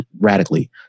radically